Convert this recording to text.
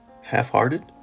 half-hearted